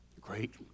Great